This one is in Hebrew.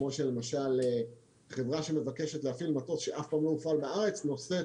כמו שלמשל חברה שמבקשת להפעיל מטוס שאף פעם לא הופעל בארץ נושאת